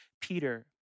Peter